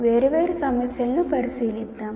వేర్వేరు సమస్యలను పరిశీలిద్దాం